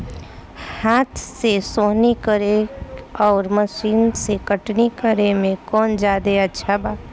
हाथ से सोहनी करे आउर मशीन से कटनी करे मे कौन जादे अच्छा बा?